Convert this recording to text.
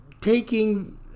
taking